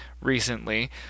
recently